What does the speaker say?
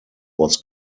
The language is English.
was